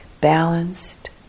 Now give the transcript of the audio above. balanced